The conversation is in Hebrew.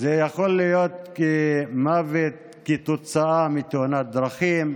זה יכול להיות מוות כתוצאה מתאונת דרכים,